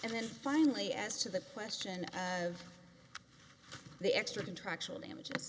and then finally as to the question of the extra contractual damages